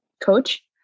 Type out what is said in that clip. coach